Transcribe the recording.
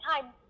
time